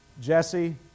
Jesse